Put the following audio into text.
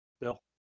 Bill